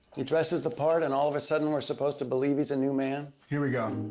he dresses the part, and all of a sudden we're supposed to believe he's a new man? here we go.